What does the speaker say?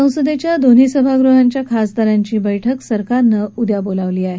संसदेच्या दोन्ही सभागृहांच्या खासदारांची बैठक सरकारनं उद्या बोलावली आहे